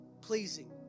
pleasing